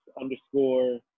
underscore